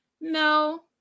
No